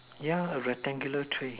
yeah a rectangular tray